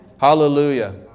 Hallelujah